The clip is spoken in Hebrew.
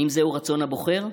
האם זהו רצון הבוחר?